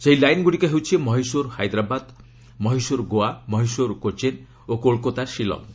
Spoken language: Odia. ସେହି ଲାଇନ୍ଗୁଡ଼ିକ ହେଉଛି ମହିଶୁରର୍ ହାଇଦ୍ରାବାଦ୍ ମହିଶୁର ଗୋଆ ମହିଶୁର୍ କୋଚନ୍ ଓ କୋଲକାତା ଶିଲଙ୍ଗ୍